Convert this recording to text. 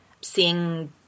seeing